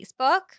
Facebook